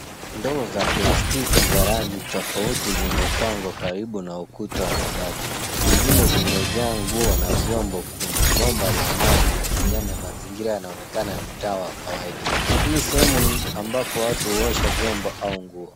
Ndoa za plastiki za rangi tofauti zimepangwa karibu na ukuta wa mabati. Zingine zimejaa nguo na vyombo kuna bomba la maji la kijani. Mazingira yanaonekana ya mtaa wa kawaida. Hii ni sehemu ambapo watu huwasha vyombo au nguo.